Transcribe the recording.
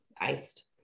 Iced